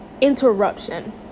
interruption